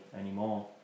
anymore